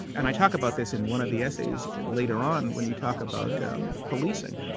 and i talk about this in one of the essays later on, when you talk about um policing,